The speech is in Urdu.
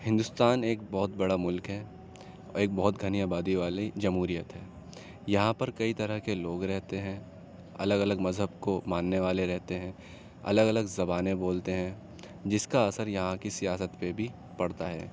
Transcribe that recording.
ہندوستان ایک بہت بڑا ملک ہے اور ایک بہت گھنی آبادی والی جمہوریت ہے یہاں پر کئی طرح کے لوگ رہتے ہیں الگ الگ مذہب کو ماننے والے رہتے ہیں الگ الگ زبانیں بولتے ہیں جس کا اثر یہاں کی سیاست پہ بھی پڑتا ہے